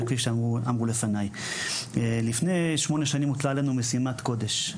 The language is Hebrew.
וכמו שאמרו לפניי לפני כשמונה שנים הוטלה עלינו משימת קודש.